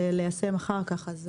וליישם אחר כך.